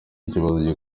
ikibazo